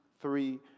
three